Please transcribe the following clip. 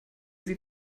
sie